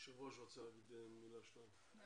אני